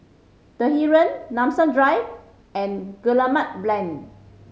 The Heeren Nanson Drive and Guillemard Lane